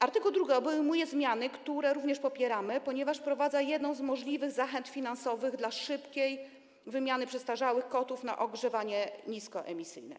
Art. 2 obejmuje zmiany, które również popieramy, ponieważ wprowadza jedną z możliwych zachęt finansowych dla szybkiej wymiany przestarzałych kotłów na ogrzewanie niskoemisyjne.